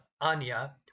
Anya